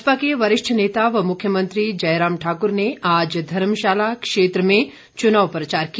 भाजपा के वरिष्ठ नेता व मुख्यमंत्री जयराम ठाकुर ने आज धर्मशाला क्षेत्र में चुनाव प्रचार किया